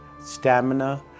stamina